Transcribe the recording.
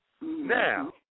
Now